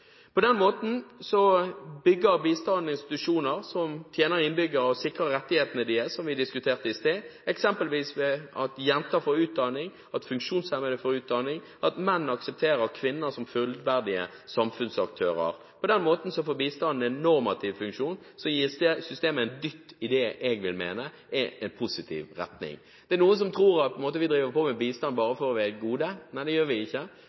På den måten bygger bistanden institusjoner som tjener innbyggere og sikrer rettighetene deres, som vi diskuterte i stad, eksempelvis ved at jenter får utdanning, at funksjonshemmede får utdanning, og at menn aksepterer kvinner som fullverdige samfunnsaktører. På den måten får bistanden en normativ funksjon, som gir systemet en dytt i det jeg vil mene er en positiv retning. Det er noen som tror at vi driver på med bistand bare for å være gode. Nei, det gjør vi ikke.